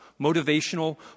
motivational